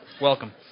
Welcome